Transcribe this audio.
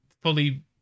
fully